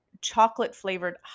chocolate-flavored